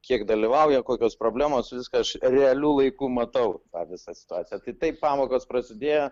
kiek dalyvauja kokios problemos viską aš realiu laiku matau tą visą situaciją tai taip pamokos prasidėjo